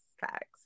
facts